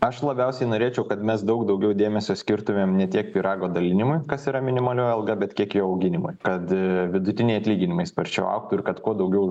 aš labiausiai norėčiau kad mes daug daugiau dėmesio skirtumėm ne tiek pyrago dalinimui kas yra minimalioji alga bet kiek į jo auginimą kad vidutiniai atlyginimai sparčiau augtų ir kad kuo daugiau